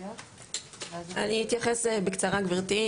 אני אתייחס בקצרה גברתי,